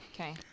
Okay